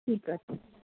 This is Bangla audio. ঠিক আছে